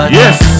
yes